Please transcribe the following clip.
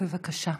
בבקשה.